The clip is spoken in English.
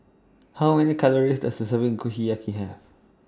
How Many Calories Does A Serving Kushiyaki Have